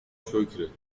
شکرت